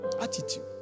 attitude